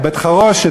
בית-החרושת,